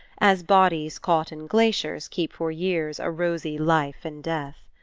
as bodies caught in glaciers keep for years a rosy life-in-death.